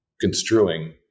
construing